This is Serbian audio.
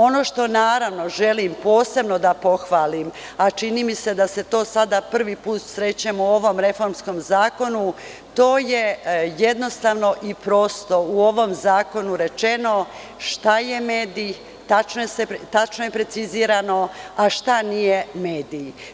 Ono što, naravno, želim posebno da pohvalim, a čini mi se da se sa tim sada prvi put srećemo u ovom reformskom zakonu, je to što je jednostavno i prosto u ovom zakonu rečeno šta je medij, tačno je precizirano, a šta nije medij.